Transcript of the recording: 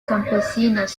campesinas